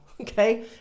okay